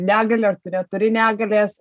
negalią ar tu neturi negalės